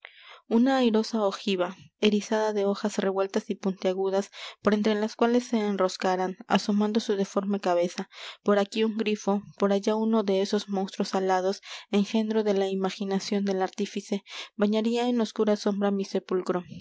una airosa ojiva erizada de hojas revueltas y puntiagudas por entre las cuales se enroscaran asomando su deforme cabeza por aquí un grifo por allá uno de esos monstruos alados engendro de la imaginación del artífice bañaría en oscura sombra mi sepulcro